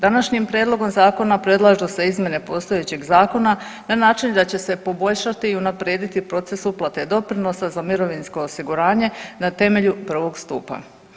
Današnjim prijedlogom zakona predlažu se izmjene postojećeg zakona na način da će se poboljšati i unaprijediti proces uplate doprinosa za mirovinsko osiguranje na temelju prvog stupa.